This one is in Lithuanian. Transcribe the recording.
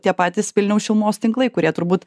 tie patys vilniaus šilumos tinklai kurie turbūt